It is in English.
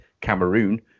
Cameroon